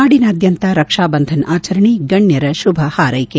ನಾಡಿನಾದ್ಯಂತ ರಕ್ಷಾ ಬಂಧನ್ ಆಚರಣೆ ಗಣ್ಯರ ಶುಭ ಹಾರೈಕೆ